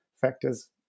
factors